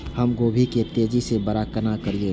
हम गोभी के तेजी से बड़ा केना करिए?